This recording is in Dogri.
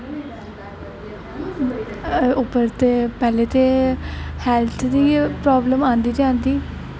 अब्बल ते पैह्लें ते हैल्थ दी प्राब्लम औंदा गै औंदी